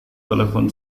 telepon